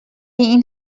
این